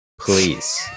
Please